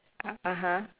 (uh huh)